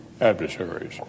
adversaries